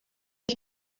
ich